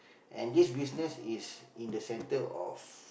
and this business is in the center of